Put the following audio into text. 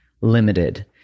limited